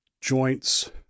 Joints